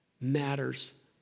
matters